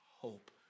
hope